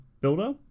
builder